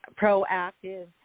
proactive